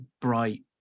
bright